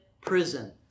prison